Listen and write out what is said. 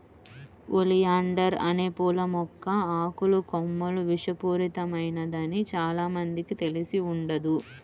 oleander అనే పూల మొక్క ఆకులు, కొమ్మలు విషపూరితమైనదని చానా మందికి తెలిసి ఉండదు